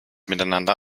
miteinander